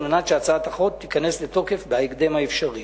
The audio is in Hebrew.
על מנת שהצעת החוק תיכנס לתוקף בהקדם האפשרי.